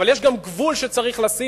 אבל יש גם גבול שצריך לשים.